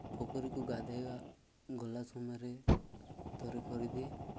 ପୋଖରୀକୁ ଗାଧୋଇବା ଗଲା ସମୟରେ ଥରେ କରିଦିଏ